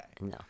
no